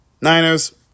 Niners